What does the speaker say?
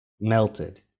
melted